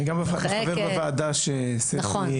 אנחנו רוצים לאפשר חיים